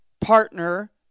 partner